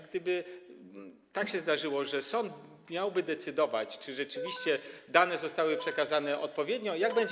Gdyby tak się zdarzyło, że sąd miałby decydować, czy rzeczywiście dane zostały przekazane odpowiednio, jak sąd będzie.